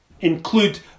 include